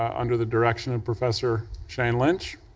under the direction of professor shane lynch.